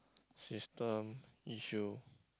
system issue